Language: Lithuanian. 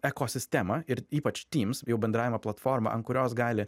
ekosistemą ir ypač tyms jų bendravimo platforma ant kurios gali